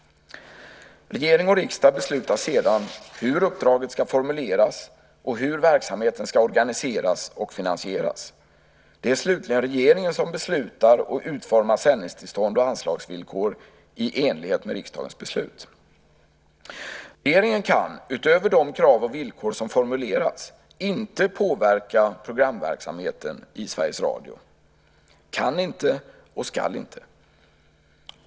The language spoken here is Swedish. Regering och riksdag beslutar sedan hur uppdraget ska formuleras och hur verksamheten ska organiseras och finansieras. Det är slutligen regeringen som beslutar och utformar sändningstillstånd och anslagsvillkor i enlighet med riksdagens beslut. Regeringen kan utöver de krav och villkor som formulerats inte påverka programverksamheten i Sveriges Radio - kan inte och ska inte.